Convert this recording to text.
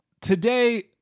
today